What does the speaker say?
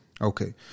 Okay